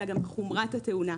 אלא גם חומרת התאונה.